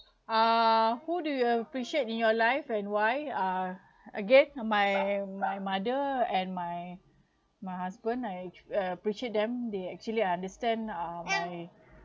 uh who do you appreciate in your life and why uh again my my mother and my my husband I appreciate them they actually understand uh my